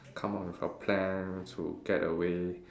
come up with a plan to get away